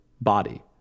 body